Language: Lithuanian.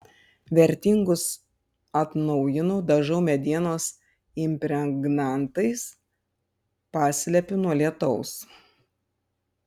vertingus atnaujinu dažau medienos impregnantais paslepiu nuo lietaus